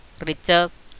riches